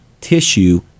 tissue